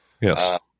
Yes